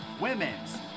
women's